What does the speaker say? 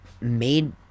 made